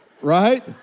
right